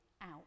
out